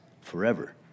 forever